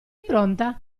pronta